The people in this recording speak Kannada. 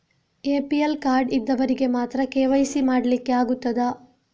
ಎ.ಪಿ.ಎಲ್ ಕಾರ್ಡ್ ಇದ್ದವರಿಗೆ ಮಾತ್ರ ಕೆ.ವೈ.ಸಿ ಮಾಡಲಿಕ್ಕೆ ಆಗುತ್ತದಾ?